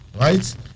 right